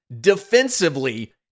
defensively